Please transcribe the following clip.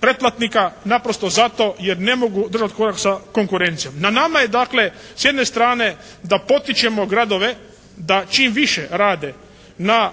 pretplatnika, naprosto zato jer ne mogu držati korak sa konkurencijom. Na nama je dakle s jedne strane da potičemo gradove da čim više rade na